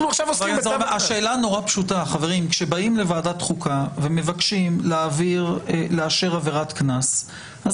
השאלה נורא פשוטה: כשבאים לוועדה ומבקשים לאשר עבירת קנס אז